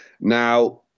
Now